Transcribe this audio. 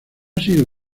sido